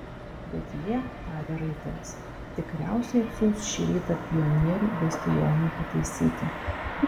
bet jie tarė raitelis tikriausiai atsiųs šį rytą pionierių bastionui pataisyti